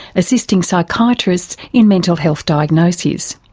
assisting psychiatrists in mental-health diagnoses.